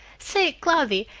say, cloudy,